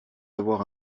avoir